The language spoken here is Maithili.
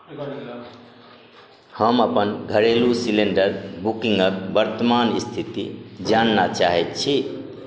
हम अपन घरेलू सिलेण्डर बुकिंगक वर्तमान स्थिति जानना चाहैत छी